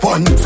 One